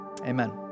amen